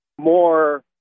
more